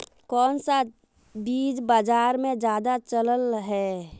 कोन सा बीज बाजार में ज्यादा चलल है?